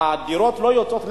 הדירות לא יוצאות למכרז,